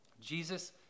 Jesus